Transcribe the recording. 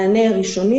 מענה ראשוני,